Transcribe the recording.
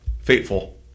fateful